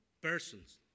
persons